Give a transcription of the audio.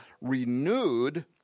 renewed